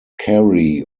carey